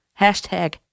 Hashtag